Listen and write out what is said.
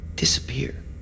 Disappear